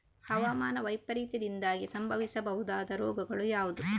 ಹವಾಮಾನ ವೈಪರೀತ್ಯದಿಂದಾಗಿ ಸಂಭವಿಸಬಹುದಾದ ರೋಗಗಳು ಯಾವುದು?